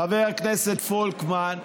חבר הכנסת פולקמן,